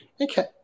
Okay